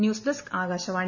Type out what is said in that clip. news desk Akashvani